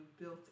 built